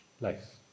Life